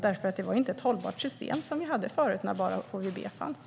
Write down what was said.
Vi hade nämligen inte ett hållbart system förut när bara HVB fanns.